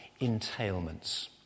entailments